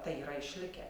tai yra išlikę